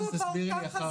הוא עבר ככה,